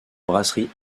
brasserie